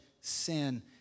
sin